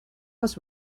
was